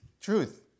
truth